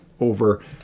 over